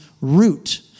root